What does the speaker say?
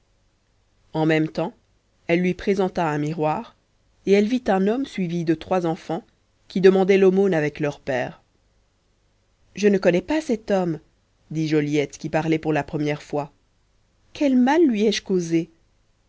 en même tems elle lui présenta un miroir et elle y vit un homme suivi de trois enfans qui demandaient l'aumône avec leur père je ne connais pas cet homme dit joliette qui parlait pour la première fois quel mal lui ai-je causé